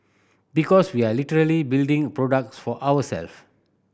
because we are literally building products for ourselves